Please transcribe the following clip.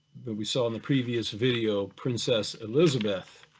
we saw in the previous video, princess elizabeth,